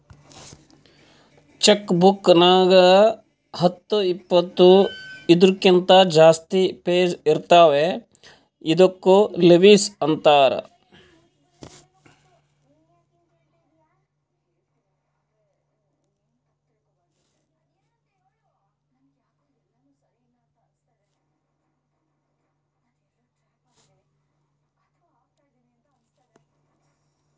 check book ನಾಗ್ ಹತ್ತು ಇಪ್ಪತ್ತು ಇದೂರ್ಕಿಂತ ಜಾಸ್ತಿ ಪೇಜ್ ಇರ್ತಾವ ಇದ್ದುಕ್ ಲಿವಸ್ ಅಂತಾರ್